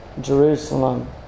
Jerusalem